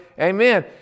Amen